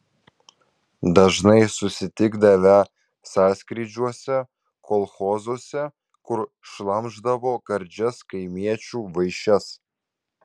dažnai susitikdavę sąskrydžiuose kolchozuose kur šlamšdavo gardžias kaimiečių vaišes